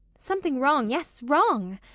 something wrong, yes, wrong!